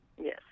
Yes